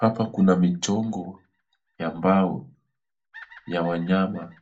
Hapa kuna michongo ya mbao ya wanyama